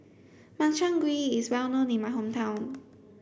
Makchang Gui is well known in my hometown